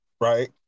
right